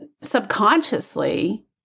subconsciously